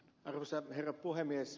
arvoisa herra puhemies